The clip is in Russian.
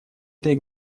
этой